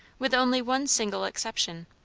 with only one single exception.